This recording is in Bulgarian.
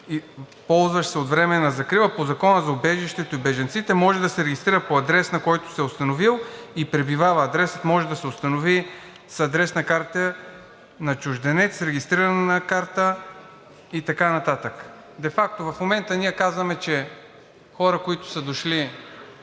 ползващ се от временна закрила по Закона за убежището и бежанците, може да се регистрира по адреса, на който се е установил и пребивава. Адресът може да се удостовери с адресна карта на чужденец, регистрационна карта…“ и така нататък. Де факто в момента ние казваме, че хора, които са дошли